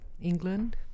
England